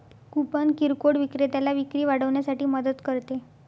coupon किरकोळ विक्रेत्याला विक्री वाढवण्यासाठी मदत करते